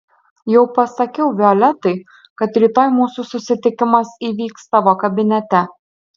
jau pasakiau violetai kad rytoj mūsų susitikimas įvyks tavo kabinete